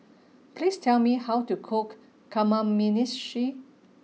please tell me how to cook Kamameshi